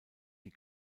die